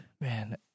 man